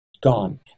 gone